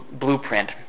blueprint